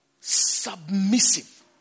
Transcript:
submissive